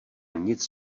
nic